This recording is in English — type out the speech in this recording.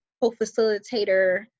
co-facilitator